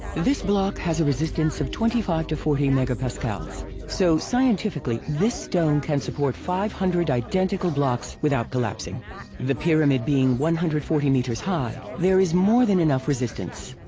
this block has a resistance of twenty five to forty mega pascals so scientifically this stone can support five hundred identical blocks without collapsing the pyramid being one hundred and forty meters high, there is more than enough resistance.